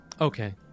Okay